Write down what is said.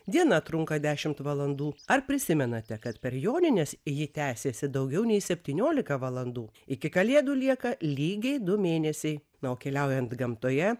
diena trunka dešimt valandų ar prisimenate kad per jonines ji tęsiasi daugiau nei septyniolika valandų iki kalėdų lieka lygiai du mėnesiai na o keliaujant gamtoje